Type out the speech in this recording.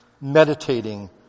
Meditating